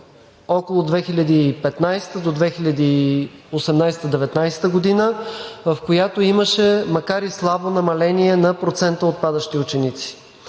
около 2015-а до 2018-а, 2019 г., в която имаше – макар и слабо, намаление на процента отпадащи ученици.